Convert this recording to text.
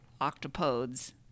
octopodes